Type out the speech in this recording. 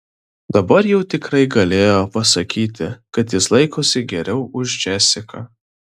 dabar jau tikrai galėjo pasakyti kad jis laikosi geriau už džesiką